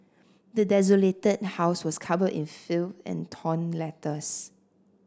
the desolated house was covered in filth and torn letters